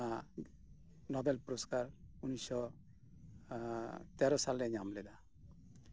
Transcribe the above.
Nobel ᱯᱩᱨᱚᱥᱠᱟᱨ ᱩᱱᱤᱥᱥᱚ ᱛᱮᱨᱚ ᱥᱟᱞᱨᱮ ᱧᱟᱢ ᱞᱮᱫᱟᱭ